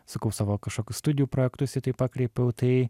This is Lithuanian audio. sakau savo kažkokius studijų projektus į tai pakreipiau tai